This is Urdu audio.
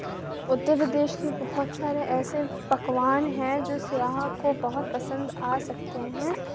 اتر پردیش کے بہت سارے ایسے پکوان ہیں جو سیاح کو بہت پسند آ سکتے ہیں